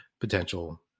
potential